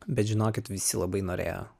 bet žinokit visi labai norėjo